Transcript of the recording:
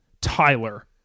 Tyler